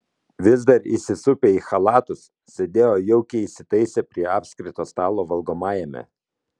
vis dar įsisupę į chalatus sėdėjo jaukiai įsitaisę prie apskrito stalo valgomajame